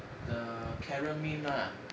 the karen meme lah